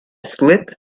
slip